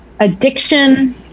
Addiction